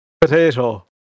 Potato